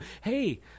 Hey